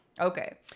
Okay